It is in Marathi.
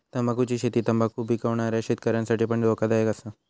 तंबाखुची शेती तंबाखु पिकवणाऱ्या शेतकऱ्यांसाठी पण धोकादायक असा